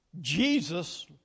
Jesus